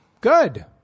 Good